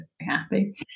happy